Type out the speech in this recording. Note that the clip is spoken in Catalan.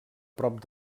prop